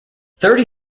thirty